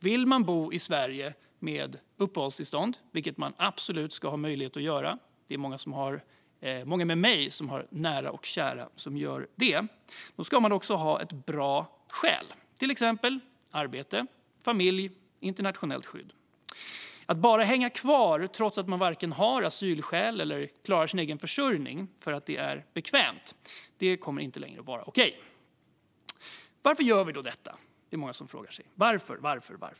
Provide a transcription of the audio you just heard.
Om man vill bo i Sverige med uppehållstillstånd, vilket man absolut ska ha möjlighet att göra - många med mig har nära och kära som gör det - ska man också ha ett bra skäl, till exempel arbete, familj eller internationellt skydd. Att bara hänga kvar trots att man varken har asylskäl eller klarar sin egen försörjning, för att det är bekvämt, kommer inte längre att vara okej. Varför gör vi då detta? Det frågar sig många.